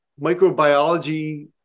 microbiology